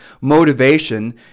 motivation